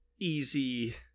easy